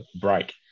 break